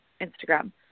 Instagram